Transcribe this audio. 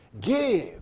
give